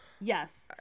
Yes